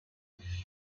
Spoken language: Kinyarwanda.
gihe